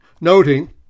noting